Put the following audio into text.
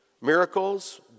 miracles